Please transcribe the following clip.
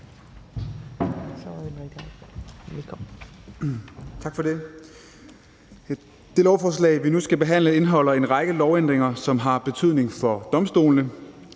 Tak for det. Det lovforslag, vi nu skal behandle, indeholder en række lovændringer, som har betydning for domstolene.